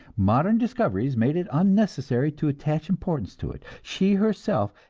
modern discoveries made it unnecessary to attach importance to it. she herself,